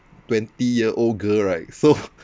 twenty year old girl right so